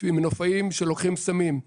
מנופאים שלוקחים סמים,